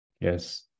Yes